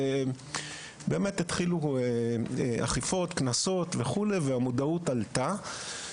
אכן, התחילו אכיפות וקנסות והמודעות עלתה.